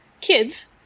kids